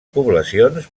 poblacions